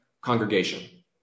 congregation